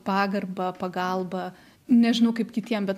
pagarbą pagalbą nežinau kaip kitiem bet